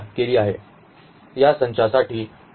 या संचासाठी गुणाकार अशा प्रकारे परिभाषित केला आहे